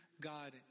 God